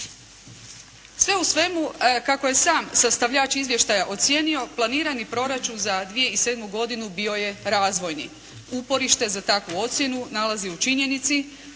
Sve u svemu, kako je sam sastavljač izvještaja ocijenio, planirani proračun za 2007. godinu bio je razvojni. Uporište za takvu ocjenu nalazi u činjenici